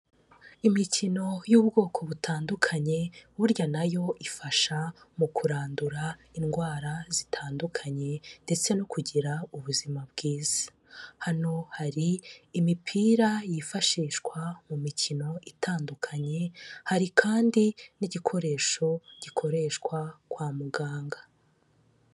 Imikino y'ubwoko butandukanye burya nayo ifasha mu kurandura indwara zitandukanye ndetse no kugira ubuzima bwiza, hano hari imipira yifashishwa mu mikino itandukanye, hari kandi n'igikoresho gikoreshwa kwa muganga.